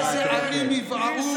איזה ערים יבערו?